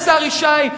השר ישי,